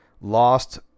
lost